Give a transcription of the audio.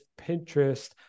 Pinterest